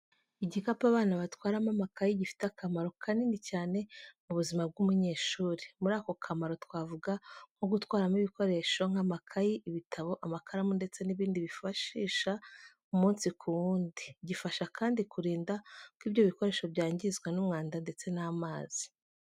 Igikapu abana batwaramo amakayi gifite akamaro kanini cyane mu buzima bw’umunyeshuri. Muri ako kamaro twavuga nko gutwaramo ibikoresho nk'amakayi, ibitabo, amakaramu ndetse n'ibindi bifashisha umunsi ku wundi. Gifasha kandi kurinda ko ibyo ibikoresho byangizwa n'umwanda ndetse n'amazi.